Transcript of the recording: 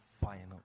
final